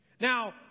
Now